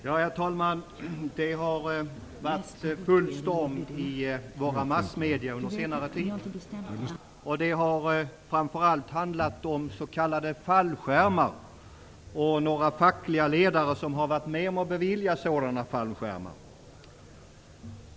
Herr talman! Det har varit full storm i massmedierna under senare tid. Det har framför allt handlat om s.k. fallskärmar och några fackliga ledare som har varit med om att bevilja sådana fallskärmar.